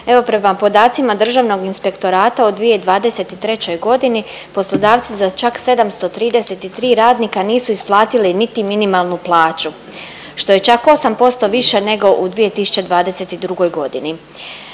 Evo prema podacima Državnog inspektorata od 2023.g. poslodavci za čak 733 radnika nisu isplatili niti minimalnu plaću što je čak 8% više nego u 2022.g..